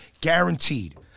Guaranteed